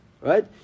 right